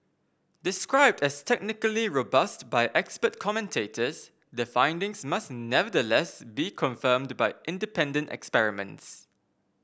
described as technically robust by expert commentators the findings must nevertheless be confirmed by independent experiments